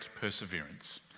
perseverance